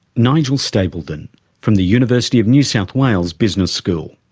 nigel stapledon from the university of new south wales business school.